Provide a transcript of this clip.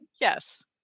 Yes